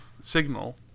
signal